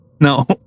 No